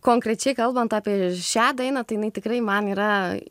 konkrečiai kalbant apie šią dainą tai jinai tikrai man yra